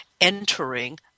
entering